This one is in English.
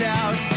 out